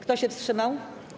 Kto się wstrzymał?